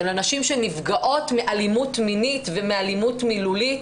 של נשים שנפגעות מאלימות מינית ומאלימות מילולית.